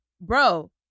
bro